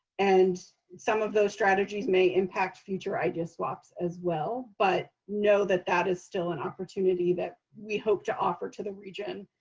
and some of those strategies may impact future idea swaps as well. but know that that is still an opportunity that we hope to offer to the region,